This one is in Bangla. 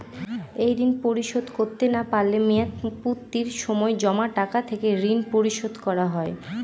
এই ঋণ পরিশোধ করতে না পারলে মেয়াদপূর্তির সময় জমা টাকা থেকে ঋণ পরিশোধ করা হয়?